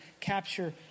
capture